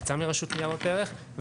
יצא מהרשות לניירות ערך.